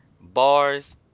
Bars